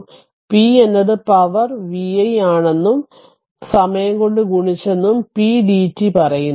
അതിനാൽ p എന്നത് power vi ആണെന്നും സമയം കൊണ്ട് ഗുണിച്ചെന്നും p dt പറയുന്നു